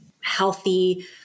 healthy